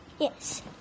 Yes